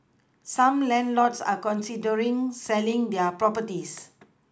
some landlords are considering selling their properties